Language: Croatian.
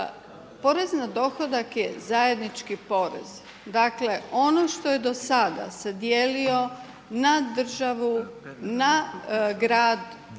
porez na dohodak je zajednički porez. Dakle, ono što je do sada se dijelio na državu, na grad